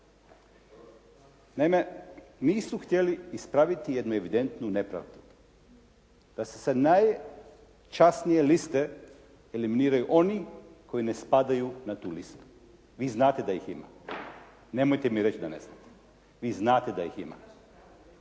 Naime nisu htjeli ispraviti jednu evidentnu nepravdu da se sa najčasnije liste eliminiraju oni koji ne spadaju na tu listu. Vi znate da ih ima. Nemojte mi reći da ne znate. Vi znate da ih ima.